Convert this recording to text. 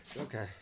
Okay